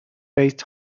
based